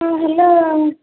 ହଁ ହ୍ୟାଲୋ